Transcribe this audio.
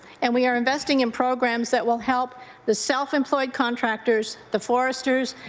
and we are investing in programs that will help the self-employed contractors, the foresters,